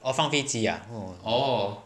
orh 放飞机 ah orh